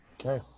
Okay